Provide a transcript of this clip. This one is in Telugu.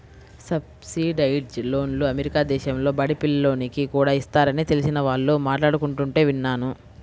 సబ్సిడైజ్డ్ లోన్లు అమెరికా దేశంలో బడి పిల్లోనికి కూడా ఇస్తారని తెలిసిన వాళ్ళు మాట్లాడుకుంటుంటే విన్నాను